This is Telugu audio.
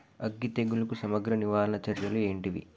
అగ్గి తెగులుకు సమగ్ర నివారణ చర్యలు ఏంటివి?